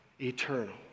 eternal